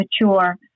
mature